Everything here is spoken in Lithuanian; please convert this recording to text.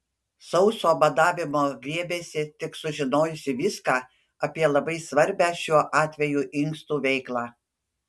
sauso badavimo griebėsi tik sužinojusi viską apie labai svarbią šiuo atveju inkstų veiklą